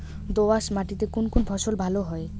দোঁয়াশ মাটিতে কোন কোন ফসল ভালো হয়?